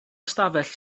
ystafell